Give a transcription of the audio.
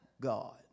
God